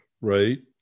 Right